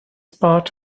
part